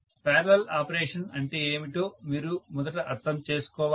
parallel operation అంటే ఏమిటో మీరు మొదట అర్థం చేసుకోవాలి